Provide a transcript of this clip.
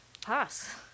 Pass